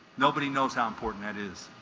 nobody knows how important that is